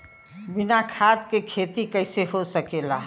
बिना खाद के खेती कइसे हो सकेला?